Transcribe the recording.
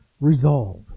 resolve